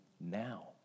now